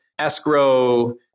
escrow